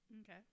Okay